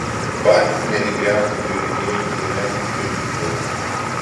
patys nevikriausi griuvinėjo kieme lyg čiuožykloje